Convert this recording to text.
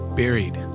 buried